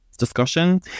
discussion